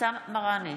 אבתיסאם מראענה,